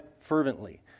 fervently